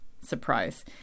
surprise